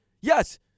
Yes